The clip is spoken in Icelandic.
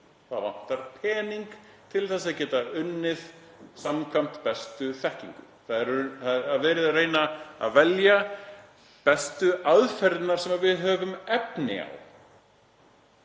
Það vantar pening til að geta unnið samkvæmt bestu þekkingu. Það er verið að reyna að velja bestu aðferðirnar sem við höfum efni á.